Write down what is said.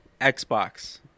Xbox